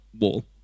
wall